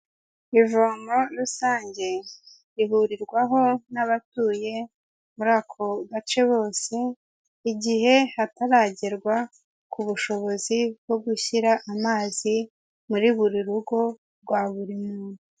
Ivomo rusange, rihurirwaho n'abatuye muri ako gace bose igihe hataragerwa ku bushobozi bwo gushyira amazi muri buri rugo rwa buri muntu.